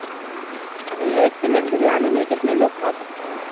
اچھا یہ ایک پلیٹ بریانی میں کتنے لوگ کھا سکتے ہیں